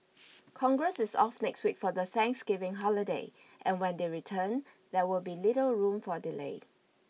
Congress is off next week for the Thanksgiving holiday and when they return there will be little room for delay